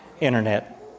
internet